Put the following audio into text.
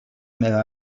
meva